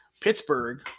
Pittsburgh